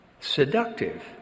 seductive